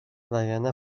وگرنه